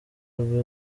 rwe